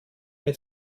mit